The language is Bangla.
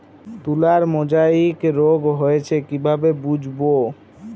তুলার মোজাইক রোগ হয়েছে কিভাবে বুঝবো?